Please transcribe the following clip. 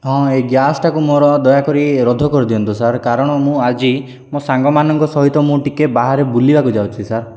ହଁ ଏଇ ଗ୍ୟାସ୍ଟାକୁ ମୋର ଦୟାକରି ରୋଧ କରିଦିଅନ୍ତୁ ସାର୍ କାରଣ ମୁଁ ଆଜି ମୋ ସାଙ୍ଗମାନଙ୍କ ସହିତ ମୁଁ ଟିକେ ବାହାରେ ବୁଲିବାକୁ ଯାଉଛି ସାର୍